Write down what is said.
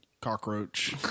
cockroach